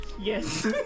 Yes